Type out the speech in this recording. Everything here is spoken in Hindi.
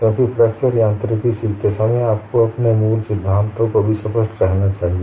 क्योंकि फ्रैक्चर यांत्रिकी सीखते समय आपको अपने मूल सिद्धांतों को भी स्पष्ट रहना चाहिए